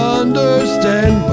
understand